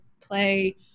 play